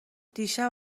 دیشب